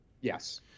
Yes